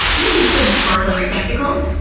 need some sparkling spectacles?